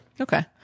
Okay